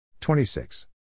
26